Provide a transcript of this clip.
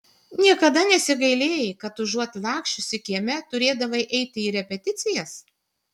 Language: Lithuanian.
niekada nesigailėjai kad užuot laksčiusi kieme turėdavai eiti į repeticijas